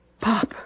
Pop